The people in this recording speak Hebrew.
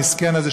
המסכן הזה,